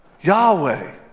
Yahweh